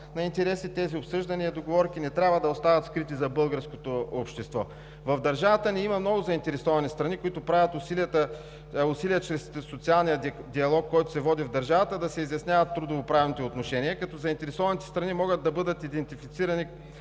на интереси, тези обсъждания и договорки не трябва да остават скрити за българското общество. В държавата ни има много заинтересовани страни, които правят усилия чрез социалния диалог, който се води в държавата, да се изясняват трудовоправните отношения, като заинтересованите страни могат да бъдат идентифицирани: